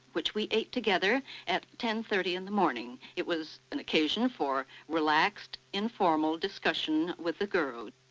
which we ate together at ten thirty in the morning. it was an occasion for relaxed, informal discussion with the guru.